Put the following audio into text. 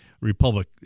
Republic